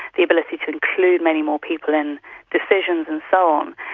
the ability to include many more people in decisions and so um